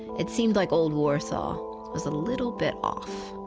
it seemed like old warsaw was a little bit off